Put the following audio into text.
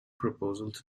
proposals